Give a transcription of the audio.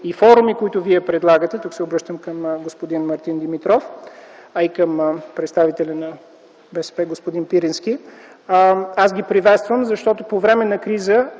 и форуми, които вие предлагате – обръщам се към господин Мартин Димитров, а и към представителя на БСП господин Пирински, аз ги приветствам, защото по време на криза,